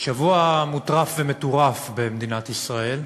שבוע מוטרף ומטורף במדינת ישראל,